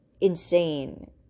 insane